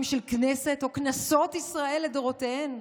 של כנסת או כנסות ישראל לדורותיהן?